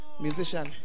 musician